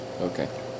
Okay